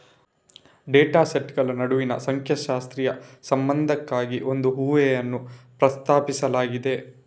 data ಸೆಟ್ಗಳ ನಡುವಿನ ಸಂಖ್ಯಾಶಾಸ್ತ್ರೀಯ ಸಂಬಂಧಕ್ಕಾಗಿ ಒಂದು ಊಹೆಯನ್ನು ಪ್ರಸ್ತಾಪಿಸಲಾಗಿದೆ